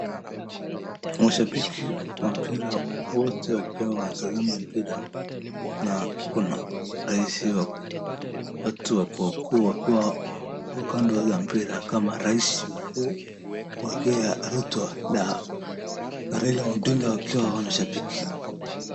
Washabiki wa mpira wote wakiwa wanatazama mpira. Na kuna rais wa watu wakuu wakuu wakiwa wako kando za mpira kama rais mkuu wa Kenya Ruto na Raila Odinga wakiwa wanashabiki.